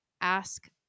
ask